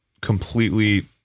completely